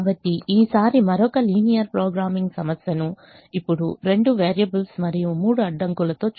కాబట్టి ఈసారి మరియొక లీనియర్ ప్రోగ్రామింగ్ సమస్యను ఇప్పుడు రెండు వేరియబుల్స్ మరియు మూడు అడ్డంకులతో చూద్దాము